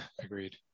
Agreed